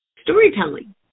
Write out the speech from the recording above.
Storytelling